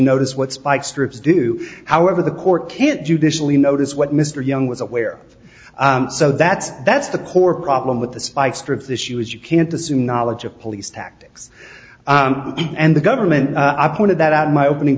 notice what spike strips do however the court can't judicially notice what mr young was aware of so that's that's the core problem with the spike strips issue is you can't assume knowledge of police tactics and the government i pointed that out my opening